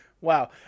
wow